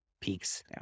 peaks